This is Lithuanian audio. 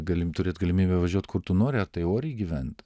galim turėt galimybę važiuot kur tu nori ar tai oriai gyvent